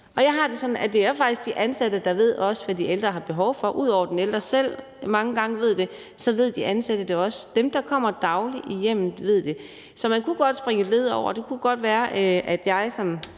Jeg har det sådan, at det faktisk også er de ansatte, som ved, hvad de ældre har behov for. Ud over at den ældre selv mange gange ved det, så ved de ansatte det også. Dem, der kommer dagligt i hjemmet, ved det. Så man kunne godt springe et led over. Det kunne godt være. Jeg er